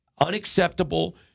unacceptable